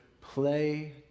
play